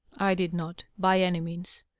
i did not, by any means.